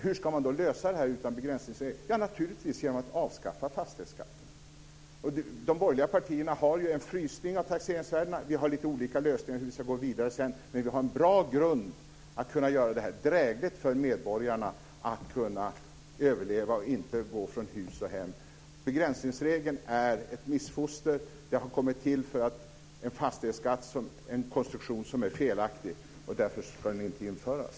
Hur ska man då lösa detta utan begränsningsregel? Jo, naturligtvis genom att avskaffa fastighetsskatten. De borgerliga partierna har en frysning av taxeringsvärdena. Vi har lite olika lösningar för hur vi ska gå vidare sedan, men vi har en bra grund för att kunna göra detta drägligt för medborgarna så att de ska kunna överleva och inte behöva gå från hus och hem. Begränsningsregeln är ett missfoster. Den har kommit till därför att fastighetsskatten är en konstruktion som är felaktig. Därför ska den inte införas.